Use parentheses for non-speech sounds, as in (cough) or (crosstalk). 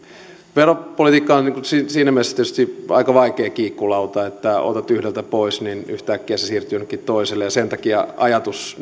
veropolitiikka on tietysti aika vaikea kiikkulauta siinä mielessä että kun otat yhdeltä pois niin yhtäkkiä se siirtyy jollekin toiselle ja sen takia ajatus (unintelligible)